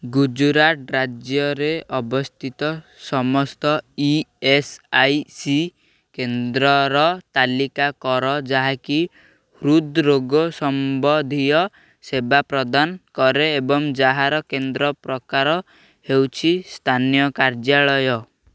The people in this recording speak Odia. ଗୁଜୁରାଟ ରାଜ୍ୟରେ ଅବସ୍ଥିତ ସମସ୍ତ ଇ ଏସ୍ ଆଇ ସି କେନ୍ଦ୍ରର ତାଲିକା କର ଯାହାକି ହୃଦ୍ରୋଗ ସମ୍ବନ୍ଧୀୟ ସେବା ପ୍ରଦାନ କରେ ଏବଂ ଯାହାର କେନ୍ଦ୍ର ପ୍ରକାର ହେଉଛି ସ୍ଥାନୀୟ କାର୍ଯ୍ୟାଳୟ